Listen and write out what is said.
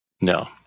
no